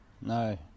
no